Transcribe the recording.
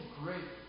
great